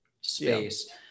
space